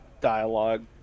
dialogue